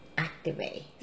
activate